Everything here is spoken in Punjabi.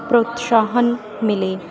ਪ੍ਰੋਤਸਾਹਨ ਮਿਲੇ